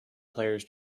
players